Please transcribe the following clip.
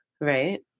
right